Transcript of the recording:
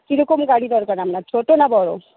কীরকম গাড়ি দরকার আপনার ছোটো না বড়ো